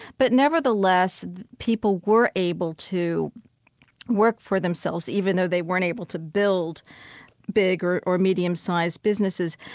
but nevertheless people were able to work for themselves, even though they weren't able to build bigger or medium-sized businesses.